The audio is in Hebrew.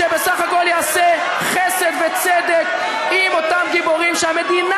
שבסך הכול יעשה חסד וצדק עם אותם גיבורים שהמדינה